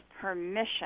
permission